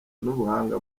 n’ubuhanga